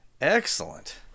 Excellent